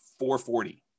440